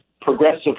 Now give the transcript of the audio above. progressive